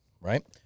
Right